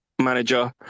Manager